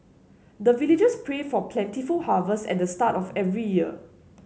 the villagers pray for plentiful harvest at the start of every year